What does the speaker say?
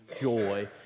joy